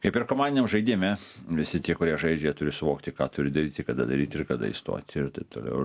kaip ir komaniam žaidime visi tie kurie žaidžia turi suvokti ką turi daryti kada daryti ir kada įstoti ir taip toliau